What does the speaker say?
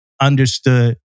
understood